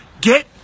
get